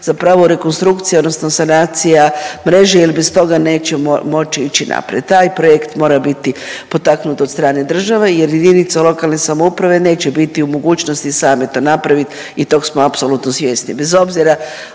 zapravo rekonstrukcija odnosno sanacija mreže jer bez toga nećemo moći ići naprijed. Taj projekt mora biti potaknut od strane države jer jedinice lokalne samouprave neće biti u mogućnosti same to napraviti i tog smo apsolutno svjesni, bez obzira